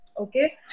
Okay